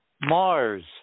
Mars